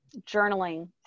Journaling